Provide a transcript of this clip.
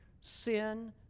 sin